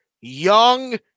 young